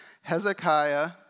Hezekiah